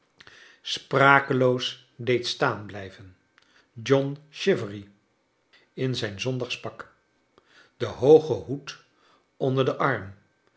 sprakeloos deed staan blijven john chivery in zijn zondagspak den hoogen hoed onder den arm